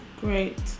Great